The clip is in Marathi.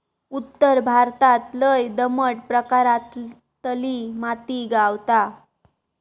उत्तर भारतात लय दमट प्रकारातली माती गावता